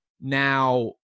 Now